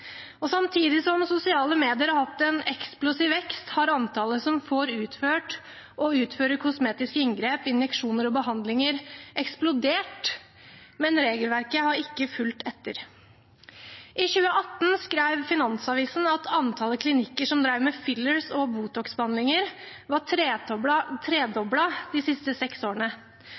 Samtidig som sosiale medier har hatt en eksplosiv vekst, har antallet som får utført og utfører kosmetiske inngrep, injeksjoner og behandlinger, eksplodert. Men regelverket har ikke fulgt etter. I 2018 skrev Finansavisen at antallet klinikker som drev med fillers og Botox-behandlinger, var tredoblet de siste seks årene,